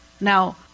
now